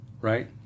right